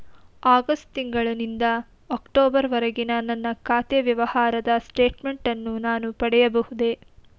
August ತಿಂಗಳು ನಿಂದ October ವರೆಗಿನ ನನ್ನ ಖಾತೆ ವ್ಯವಹಾರದ ಸ್ಟೇಟ್ಮೆಂಟನ್ನು ನಾನು ಪಡೆಯಬಹುದೇ?